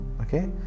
okay